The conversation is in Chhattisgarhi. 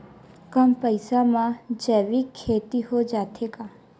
कम पईसा मा जैविक खेती हो जाथे का?